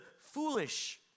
foolish